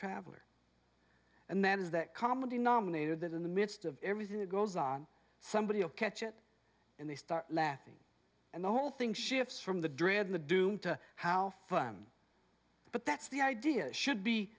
traveller and that is that common denominator that in the midst of everything that goes on somebody will catch it and they start laughing and the whole thing shifts from the dread of the doom to how firm but that's the idea should be